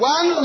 One